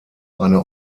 eine